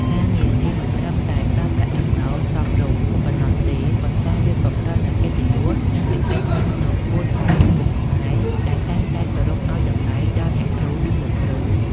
ការងារនេះមិនត្រឹមតែផ្តល់ប្រាក់ចំណូលសមរម្យប៉ុណ្ណោះទេ ប៉ុន្តែវាក៏ផ្តល់នូវកិត្តិយស និងសេចក្តីថ្លៃថ្នូរខ្ពស់នៅក្នុងសង្គមខ្មែរដែលតែងតែគោរពឱ្យតម្លៃដល់អ្នកគ្រូ និងលោកគ្រូ។